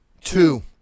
Two